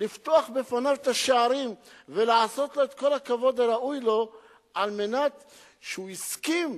לפתוח בפניו את השערים ולעשות את כל הכבוד הראוי לו על כך שהוא הסכים,